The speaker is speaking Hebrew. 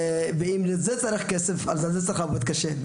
ואם לזה צריך כסף, אז על זה צריך לעבוד קשה.